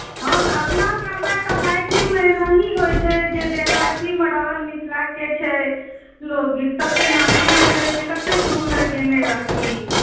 हँ तऽ अपनासभमे तऽ मैथिलमे एनाही होइत छै जे अथीमे रहल मिथिलाके छै लोक गीतसभ तेनाही होइत रहैत छै कतेक सुन्दर गओने रहथिन